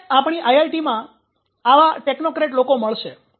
તમને આપણી આઇઆઇટીમાં આવા ટેકનોક્રેટ લોકો મળશે